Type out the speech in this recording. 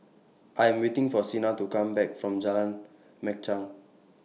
I Am waiting For Sina to Come Back from Jalan Machang